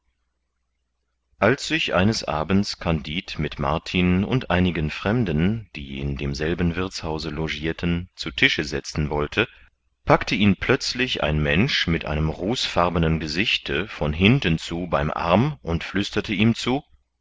als sich eines abends kandid mit martin und einigen fremden die in demselben wirthshause logirten zu tische setzen wollte packte ihn plötzlich ein mensch mit einem rußfarbenen gesichte von hinten zu beim arm und flüsterte ihm zu